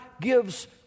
gives